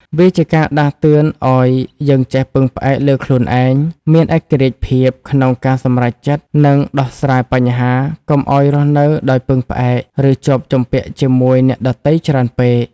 វាជាការដាស់តឿនឲ្យយើងចេះពឹងផ្អែកលើខ្លួនឯង មានឯករាជ្យភាពក្នុងការសម្រេចចិត្ត និងដោះស្រាយបញ្ហា កុំឲ្យរស់នៅដោយពឹងផ្អែក ឬជាប់ជំពាក់ជាមួយអ្នកដទៃច្រើនពេក។